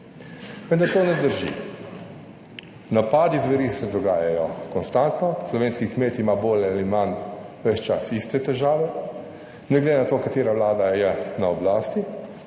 Vendar to ne drži. Napadi zveri se dogajajo konstantno. Slovenski kmet ima bolj ali manj ves čas iste težave, ne glede na to, katera vlada je na oblasti.